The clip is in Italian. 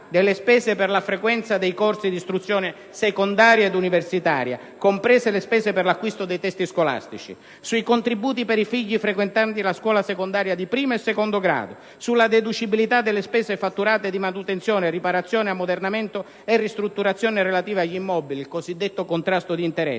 delle spese per la frequenza dei corsi di istruzione secondaria ed universitaria, comprese le spese per l'acquisto dei testi scolastici; sui contributi dei figli frequentanti la scuola secondaria di primo e secondo grado; sulla deducibilità delle spese fatturate di manutenzione, riparazione, ammodernamento e ristrutturazione relativa agli immobili, il cosiddetto contrasto di interessi.